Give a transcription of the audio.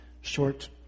short